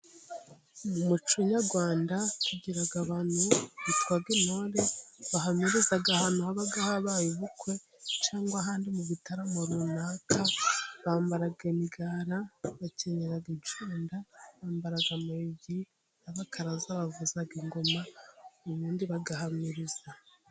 Mu muco nyarwanda tugira abantu bitwa intore bahamiriza ahantu haba habaye ubukwe cyangwa ahandi mu bitaramo runaka, bambara imigara bagakenyera inshunda ,bambara amuyogi n'abakaraza bavuza ingoma ubundi bagahamiriza.